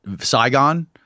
Saigon